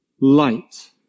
light